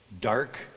dark